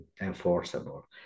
enforceable